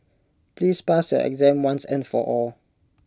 please pass your exam once and for all